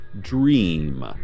dream